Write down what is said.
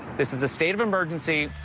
this is a state of emergency.